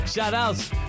Shoutouts